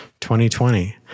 2020